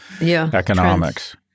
economics